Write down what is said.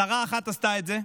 שרה אחת עשתה את זה,